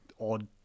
odd